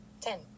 Ten